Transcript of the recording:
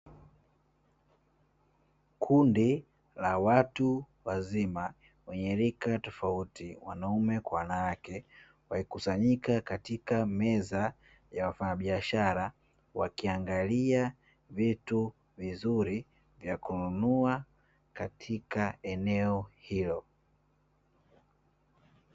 Kundi la watu wazima wenye rika tofauti wanaume kwa wanawake, wamekusanyika katika meza ya wafanyabiashara wakiangalia vitu vizuri vya kununua katika eneo hilo.